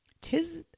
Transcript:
tis